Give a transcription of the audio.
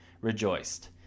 rejoiced